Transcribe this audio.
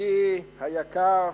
ידידי היקר,